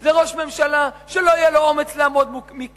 זה ראש ממשלה שלא יהיה לו אומץ לעמוד מולכם.